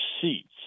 seats